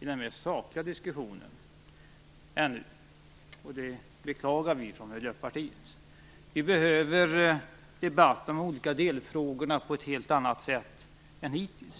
i den mer sakliga diskussionen. Vi i Miljöpartiet beklagar det. Vi behöver debatter om de olika delfrågorna på ett helt annat sätt än hittills.